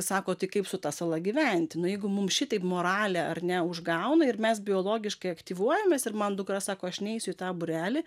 sako tai kaip su ta sala gyventi nu jeigu mum šitaip moralę ar ne užgauna ir mes biologiškai aktyvuojamės ir man dukra sako aš neisiu į tą būrelį